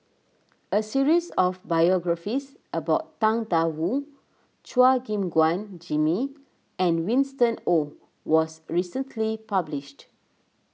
a series of biographies about Tang Da Wu Chua Gim Guan Jimmy and Winston Oh was recently published